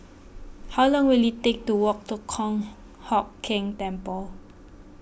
how long will it take to walk to Kong Hock Keng Temple